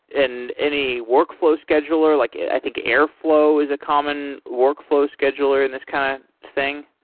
and any workflow scheduler? like i think airflow is a common workflow scheduler in this kind of thing.